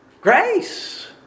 grace